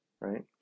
right